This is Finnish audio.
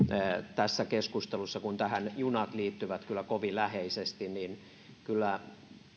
tässä keskustelussa mainitsematta kun tähän junat liittyvät kyllä kovin läheisesti että kyllä